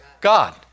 God